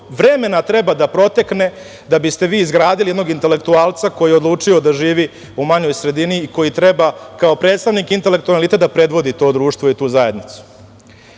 vremena treba da protekne da biste vi izgradili jednog intelektualca koji je odlučio da živi u manjoj sredini i koji treba kao predstavnik intelektualne elite da predvodi to društvo i tu zajednicu. Zato